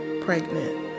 pregnant